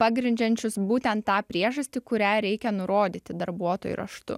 pagrindžiančius būtent tą priežastį kurią reikia nurodyti darbuotojui raštu